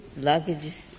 luggage